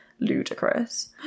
ludicrous